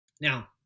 Now